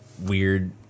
weird